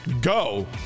go